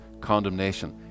condemnation